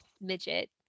midget